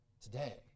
today